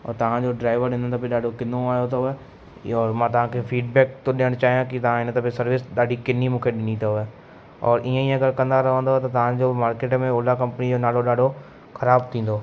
और तव्हांजो ड्राइवर इन दफ़े ॾाढो किनो आहियो अथव ई और मां तव्हांखे फीडबैक थो ॾियणु चाहियां की तव्हां हिन दफ़े सर्विस ॾाढी किनी मूंखे ॾिनी अथव औरि ईअं ई अगरि कंदा रहंदव त तव्हांजो मार्केट में ओला कंपनी जो नालो ॾाढो ख़राब थींदो